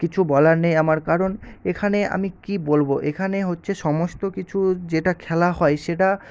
কিছু বলার নেই আমার কারণ এখানে আমি কী বলব এখানে হচ্ছে সমস্ত কিছু যেটা খেলা হয় সেটা